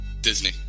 Disney